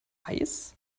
reis